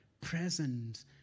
present